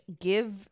give